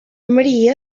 maria